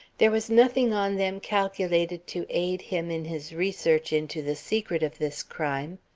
there was nothing on them calculated to aid him in his research into the secret of this crime,